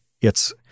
it's-